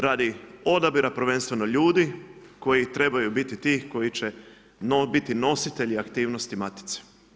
Radi odabira prvenstveno ljudi, koji trebaju biti ti koji će biti nositelji aktivnosti Matice.